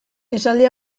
esaldi